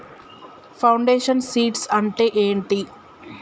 Foundation seeds అంటే ఏంటి?